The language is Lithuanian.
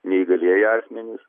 neįgalieji asmenys